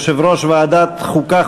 יושב-ראש ועדת החוקה,